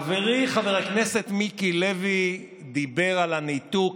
חברי חבר הכנסת מיקי לוי דיבר על הניתוק.